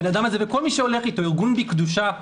וכל מי שהולך איתו, ארגון "בקדושה"